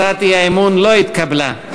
הצעת האי-אמון לא התקבלה.